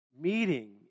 meeting